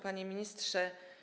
Panie Ministrze!